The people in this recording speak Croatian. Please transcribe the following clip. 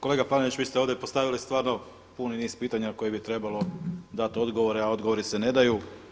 Kolega Panenić, vi ste ovdje postavili stvarno puni niz pitanja koje bi trebalo dati odgovore a odgovori se ne daju.